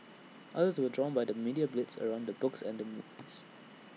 others were drawn by the media blitz around the books and movies